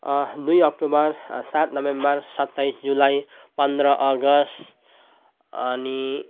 दुई अक्टोबर सात नोभेम्बर सत्ताइस जुलाई पन्ध्र अगस्त अनि